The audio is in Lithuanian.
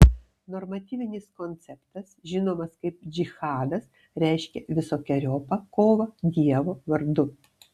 normatyvinis konceptas žinomas kaip džihadas reiškia visokeriopą kovą dievo vardu